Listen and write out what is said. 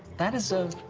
that is a.